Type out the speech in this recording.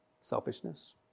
Selfishness